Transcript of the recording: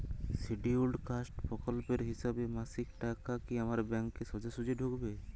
Scheduled caste প্রকল্পের হিসেবে মাসিক টাকা কি আমার ব্যাংকে সোজাসুজি ঢুকবে?